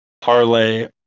parlay